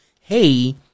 Hey